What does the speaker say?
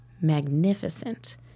magnificent